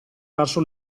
verso